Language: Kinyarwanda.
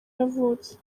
yavutse